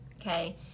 okay